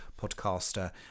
podcaster